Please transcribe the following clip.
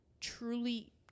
truly